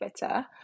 better